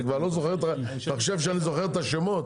אתה חושב שאני זוכר את השמות?